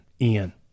Ian